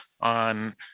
on